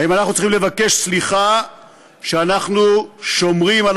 האם אנחנו צריכים לבקש סליחה על כך שאנחנו שומרים על